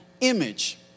image